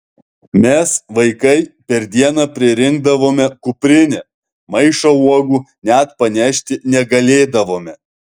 mes vaikai per dieną pririnkdavome kuprinę maišą uogų net panešti negalėdavome